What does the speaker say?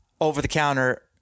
over-the-counter